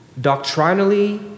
doctrinally